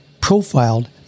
profiled